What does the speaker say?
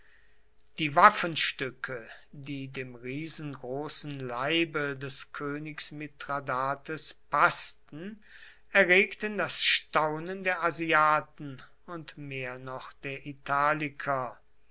die waffenstücke die dem riesengroßen leibe des königs mithradates paßten erregten das staunen der asiaten und mehr noch der italiker